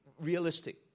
realistic